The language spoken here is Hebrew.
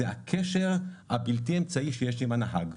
זה הקשר הבלתי אמצעי שיש עם הנהג.